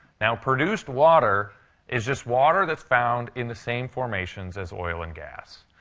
now, produced water is just water that's found in the same formations as oil and gas.